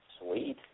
sweet